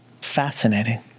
fascinating